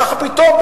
ככה פתאום,